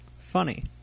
funny